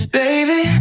baby